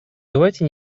давайте